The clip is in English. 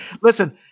Listen